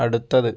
അടുത്തത്